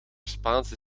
spaanse